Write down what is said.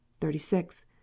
thirty-six